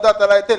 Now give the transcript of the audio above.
ההיטל.